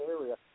area